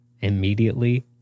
immediately